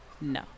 No